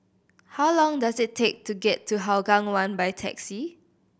how long does it take to get to Hougang One by taxi